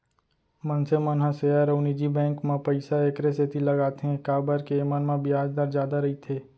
मनसे मन ह सेयर अउ निजी बेंक म पइसा एकरे सेती लगाथें काबर के एमन म बियाज दर जादा रइथे